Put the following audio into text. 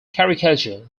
caricature